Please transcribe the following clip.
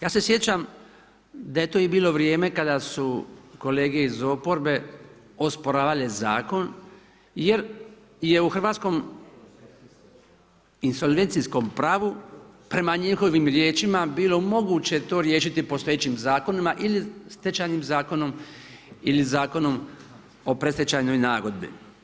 Ja se sjećam da je to i bilo vrijeme kada su kolege iz oporbe osporavale zakon jer je u hrvatskom insolvencijskom pravu prema njihovim riječima bilo moguće to riješiti postojećim zakonima ili Stečajnim zakonom ili Zakonom o predstečajnoj nagodbi.